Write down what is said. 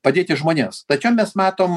padėti žmonėms tačiau mes matom